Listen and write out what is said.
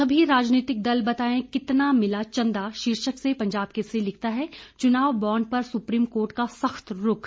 सभी राजनीतिक दल बताएं कितना मिला चंदा शीर्षक से पंजाब केसरी लिखता है चुनाव बांड पर सुप्रीम कोर्ट का सख्त रूख